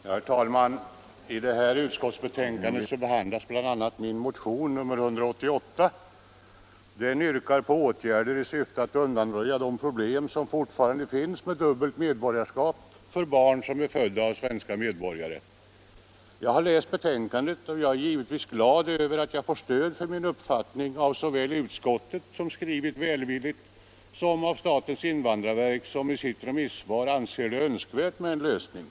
Herr talman! I detta utskottsbetänkande behandlas bl.a. min motion 1975:188. Den yrkar på åtgärder i syfte att undanröja de problem som fortfarande finns med dubbelt medborgarskap för barn, födda av svenska medborgare. Jag har läst betänkandet och är givetvis glad över att jag får stöd för min uppfattning såväl av utskottet, som skrivit välvilligt, som av statens invandrarverk, som i sitt remissvar anser det önskvärt med en lösning.